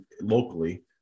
locally